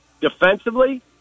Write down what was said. Defensively